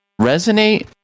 resonate